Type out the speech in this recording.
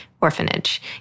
orphanage